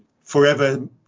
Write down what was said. forever